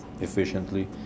efficiently